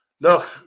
look